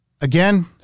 Again